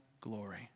glory